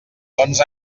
doncs